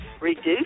reduce